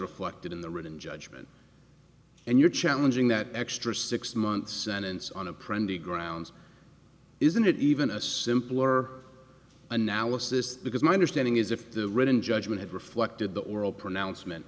reflected in the written judgment and you're challenging that extra six months and it's on a prendre grounds isn't it even a simpler analysis because my understanding is if the written judgment had reflected the oral pronouncement